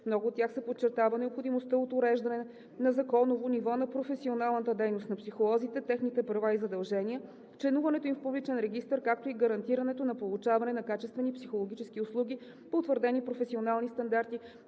много от тях се подчертава необходимостта от уреждане на законово ниво на професионалната дейност на психолозите, техните права и задължения, членуването им в публичен регистър, както и гарантирането на получаване на качествени психологически услуги по утвърдени професионални стандарти,